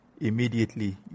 immediately